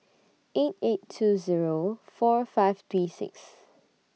eight eight two Zero four five three six